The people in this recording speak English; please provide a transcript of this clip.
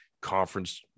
conference